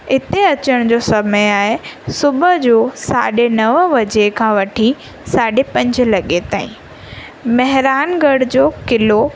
इते अचण जो समय आहे सुबुह जो साढे नव बजे खां वठी साढे पंज लॻे ताईं महिराण गढ़ जो क़िलो